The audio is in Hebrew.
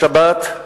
בשבת,